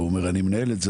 ואומר שהוא מנהל את זה,